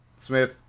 Smith